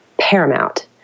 paramount